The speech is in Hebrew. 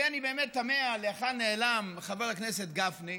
ואני באמת תמה להיכן נעלם חבר הכנסת גפני.